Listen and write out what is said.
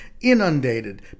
inundated